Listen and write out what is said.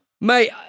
Mate